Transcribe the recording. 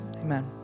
amen